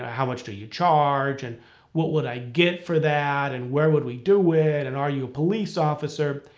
ah how much do you charge, and what would i get for that, and where would we do it, and are you a police officer?